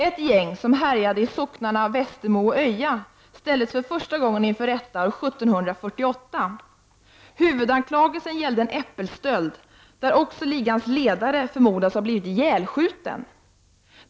Ett gäng, som härjade i socknarna Västermo och Öja, ställdes för första gången inför rätta 1748. Huvudanklagelsen gällde en äppelstöld där också ligans ledare förmodas ha blivit ihjälskjuten.